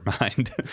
mind